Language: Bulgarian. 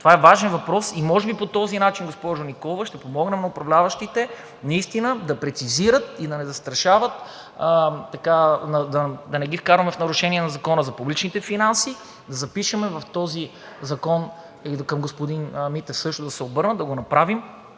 Това е важен въпрос и може би по този начин, госпожо Николова, ще помогнем на управляващите наистина да прецизират и да не ги вкарваме в нарушение на Закона за публичните финанси, да запишем в този закон и към господин Митев също да се обърна, да го направим